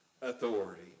authority